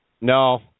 No